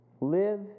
Live